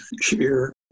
cheer